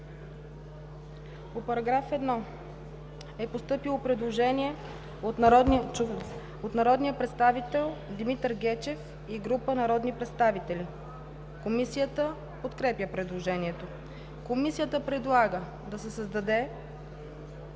ДОКЛАДЧИК ИРЕНА ДИМОВА: Предложение на народния представител Димитър Гечев и група народни представители. Комисията подкрепя предложението. Комисията предлага да се създаде